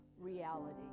reality